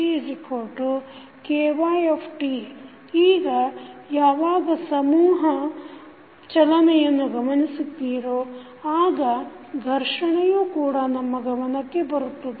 ಈಗ ಯಾವಾಗ ಸಮೂಹದ mass ಚಲನೆಯನ್ನು ಗಮನಿಸುತ್ತೀರೋ ಆಗ ಘರ್ಷಣೆಯೂ ಕೂಡ ನಮ್ಮ ಗಮನಕ್ಕೆ ಬರುತ್ತದೆ